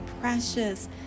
precious